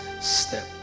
step